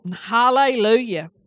Hallelujah